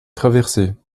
traversée